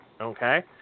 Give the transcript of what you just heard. Okay